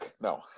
No